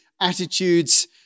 attitudes